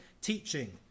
teaching